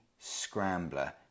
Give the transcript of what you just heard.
scrambler